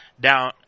down